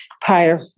prior